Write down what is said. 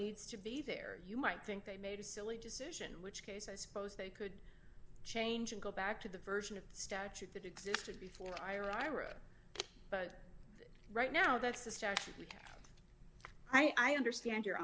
needs to be there you might think they made a silly decision which case i suppose they could change and go back to the version of statute that existed before i or ira but right now that's a start because i understand your